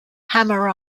hammer